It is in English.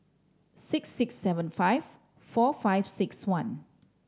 six six seven five four five six one